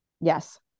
Yes